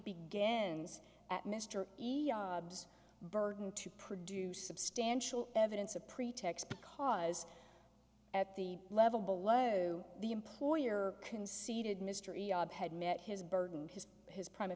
this at mister burden to produce substantial evidence a pretext because at the level below the employer conceded mystery ob had met his burden because his pr